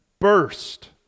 burst